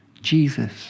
Jesus